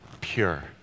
pure